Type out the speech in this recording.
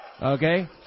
Okay